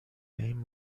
این